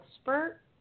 spurt